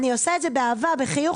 בחיוך.